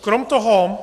Kromě toho